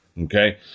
okay